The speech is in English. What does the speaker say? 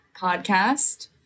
podcast